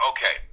Okay